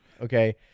okay